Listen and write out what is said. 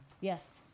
Yes